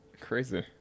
crazy